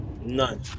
None